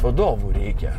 vadovų reikia